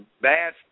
bad